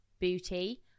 booty